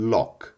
Lock